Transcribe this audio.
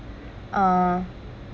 uh